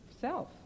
self